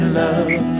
love